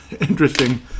interesting